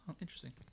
Interesting